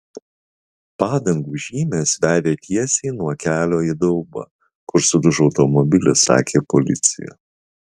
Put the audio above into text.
padangų žymės vedė tiesiai nuo kelio į daubą kur sudužo automobilis sakė policija